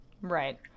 Right